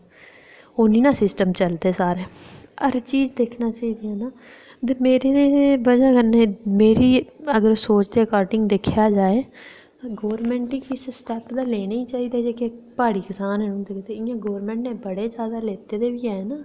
ओह् नेईं ना सिस्टम चलदा ऐ सारे हर इक चीज़ स्हेई नेईं ना ते मेरी बजह कन्नै मेरी अगर सोच दे अकार्डिंङ दिक्खेआ जाए ते गौरमेंट गी किश स्टैप ते लैना गै चाहिदे जेह्के प्हाड़ी कसान न ते इं'या गौरमेंट नै कीते दे बी हैन